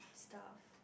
stuff